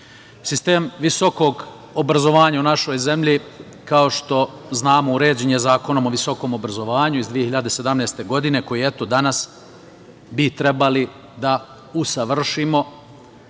visokog obrazovanja u našoj zemlji, kao što znamo, uređen je Zakonom o visokom obrazovanju iz 2017. godine, koji bi danas trebali da usavršimo